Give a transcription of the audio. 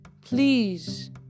please